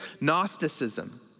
Gnosticism